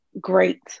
Great